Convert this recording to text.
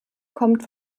kommt